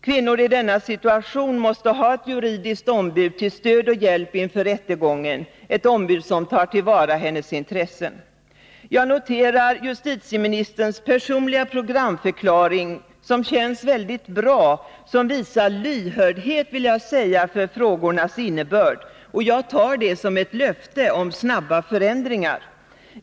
Kvinnor i denna situation måste ha ett juridiskt ombud som stöd och hjälp inför rättegången, ett ombud som tar till vara kvinnans intressen. Jag noterar justitieministerns personliga programförklaring, som känns väldigt bra och som visar en lyhördhet, vill jag säga, för frågornas innebörd. Jag tar det som ett löfte om snabba förändringar.